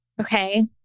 okay